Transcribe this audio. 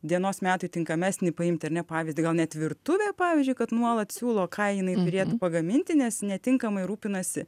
dienos metui tinkamesnį paimti ar ne pavyzdį gal net virtuvę pavyzdžiui kad nuolat siūlo ką jinai turėtų pagaminti nes netinkamai rūpinasi